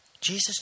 Jesus